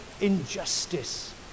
injustice